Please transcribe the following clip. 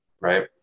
right